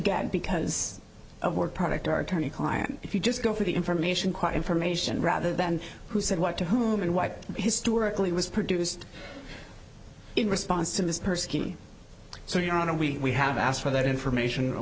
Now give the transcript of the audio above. get because of work product or attorney client if you just go for the information quote information rather than who said what to whom and why historically was produced in response to this person so you know no we have asked for that information